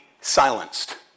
silenced